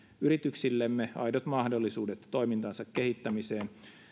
yrityksillemme aidot mahdollisuudet toimintansa kehittämiseen